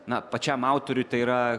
na pačiam autoriui tai yra